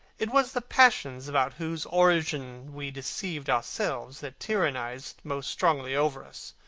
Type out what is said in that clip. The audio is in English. it was the passions about whose origin we deceived ourselves that tyrannized most strongly over us.